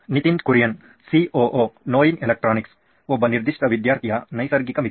Nitin Kurian COO ನೋಯಿನ್ electronics ಒಬ್ಬ ನಿರ್ದಿಷ್ಟ ವಿದ್ಯಾರ್ಥಿಯ ನೈಸರ್ಗಿಕ ಮಿತಿ